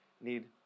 need